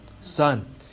Son